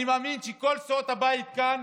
אני מאמין שכל סיעות הבית כאן